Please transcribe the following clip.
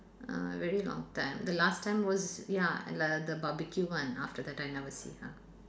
uh very long time the last time was ya the the barbecue one after that I never see her